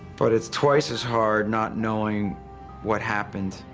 but it's twice as hard not knowing what happened.